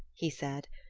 he said,